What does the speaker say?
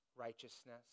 Righteousness